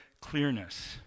clearness